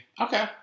Okay